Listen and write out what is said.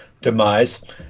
demise